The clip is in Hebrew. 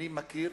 אני מכיר